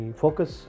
focus